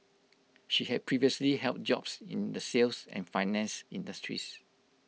she had previously held jobs in the sales and finance industries